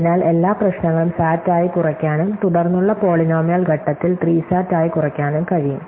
അതിനാൽ എല്ലാ പ്രശ്നങ്ങളും SAT ആയി കുറയ്ക്കാനും തുടർന്നുള്ള പോളിനോമിയൽ ഘട്ടത്തിൽ 3 SAT ആയി കുറയ്ക്കാനും കഴിയും